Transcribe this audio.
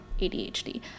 ADHD